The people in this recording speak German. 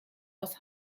aus